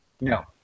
No